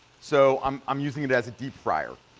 so i'm i'm using it as a deep fryer.